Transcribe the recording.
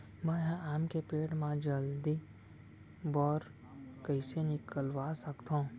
मैं ह आम के पेड़ मा जलदी बौर कइसे निकलवा सकथो?